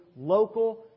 local